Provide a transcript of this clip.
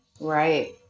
Right